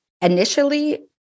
initially